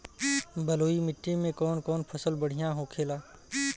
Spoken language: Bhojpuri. बलुई मिट्टी में कौन कौन फसल बढ़ियां होखेला?